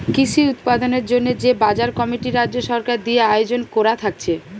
কৃষি উৎপাদনের জন্যে যে বাজার কমিটি রাজ্য সরকার দিয়ে আয়জন কোরা থাকছে